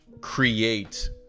create